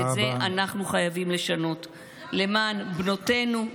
ואת זה אנחנו מחויבים לשנות למען בנותינו,